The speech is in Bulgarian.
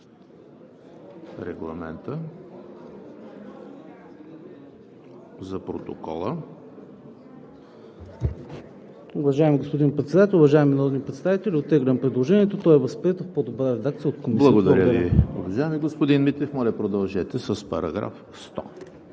регламента за протокола.